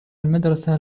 المدرسة